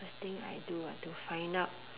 first thing I [do] ah to find out